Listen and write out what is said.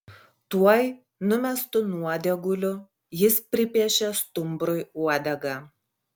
tuoj numestu nuodėguliu jis pripiešė stumbrui uodegą